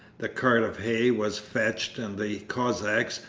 the cart of hay was fetched, and the cossacks,